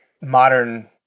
modern